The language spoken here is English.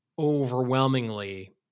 overwhelmingly